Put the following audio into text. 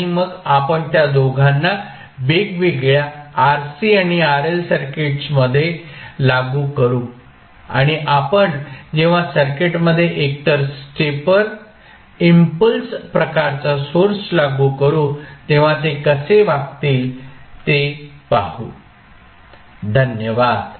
आणि मग आपण त्या दोघांना वेगवेगळ्या RC आणि RL सर्किट्समध्ये लागू करू आणि आपण जेव्हा सर्किटमध्ये एकतर स्टेपर इम्पल्स प्रकारचा सोर्स लागू करू तेव्हा ते कसे वागतील ते पाहू धन्यवाद